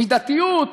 מידתיות.